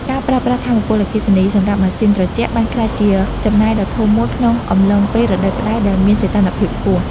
ការប្រើប្រាស់ថាមពលអគ្គិសនីសម្រាប់ម៉ាស៊ីនត្រជាក់បានក្លាយជាចំណាយដ៏ធំមួយក្នុងអំឡុងពេលរដូវក្ដៅដែលមានសីតុណ្ហភាពខ្ពស់។